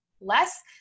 less